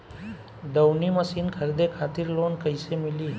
दऊनी मशीन खरीदे खातिर लोन कइसे मिली?